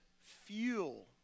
fuel